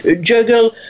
juggle